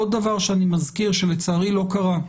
עוד דבר שאני מזכיר, שלצערי לא קרה,